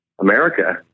America